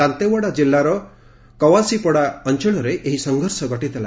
ଦାନ୍ତେୱାଡ଼ା ଜିଲ୍ଲାର କୱାସିପଡ଼ା ଅଞ୍ଚଳରେ ଏହି ସଂଘର୍ଷ ଘଟିଥିଲା